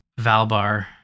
Valbar